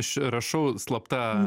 aš čia rašau slapta